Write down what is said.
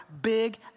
big